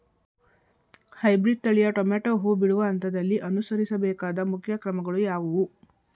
Hybrid ತಳಿಯ tomato ಹೂ ಬಿಡುವ ಹಂತದಲ್ಲಿ ಅನುಸರಿಸಬೇಕಾದ ಮುಖ್ಯ ಕ್ರಮಗಳು ಯಾವುವು?